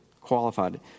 qualified